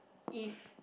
if